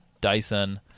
Dyson